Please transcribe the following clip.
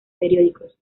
periódicos